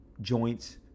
joints